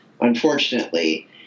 unfortunately